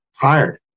tired